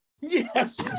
Yes